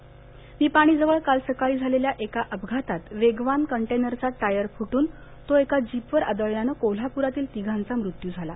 अपयात निपाणीजवळ काल सकाळी म्नालेल्या एका अपघातात बेगवान कंटेनरचा टायर फुटून तो एका जीपवर आदळल्यानं कोल्हापुरातील तिघांचा मृत्यू झाला